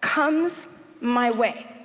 comes my way,